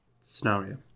scenario